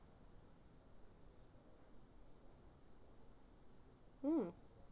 hmm